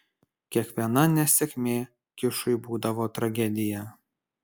kiekviena nesėkmė kišui būdavo tragedija